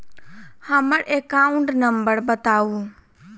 हम्मर account number बताऊ?